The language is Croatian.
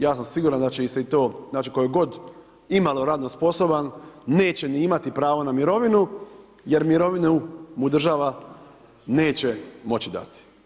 Ja sam siguran da će se i to, znači tko je god imalo radno sposoban neće ni imati pravo na mirovinu jer mirovinu mu država neće moći dati.